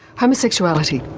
homosexuality?